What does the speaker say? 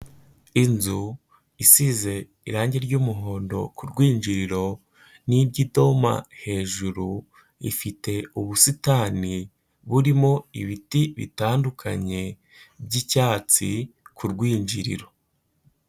Inzu isize irangi ry'umuhondo ku rwinjiriro n'iry'idoma hejuru, ifite ubusitani burimo ibiti bitandukanye by'icyatsi ku rwinjiriro.